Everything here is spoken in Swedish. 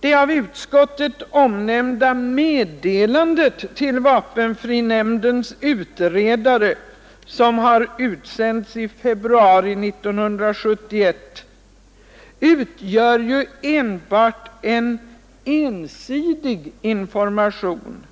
Det av utskottet omnämnda meddelandet till vapenfrinämndens utredare, som har utsänts i februari 1971, utgör enbart en ensidig information,